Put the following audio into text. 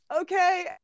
okay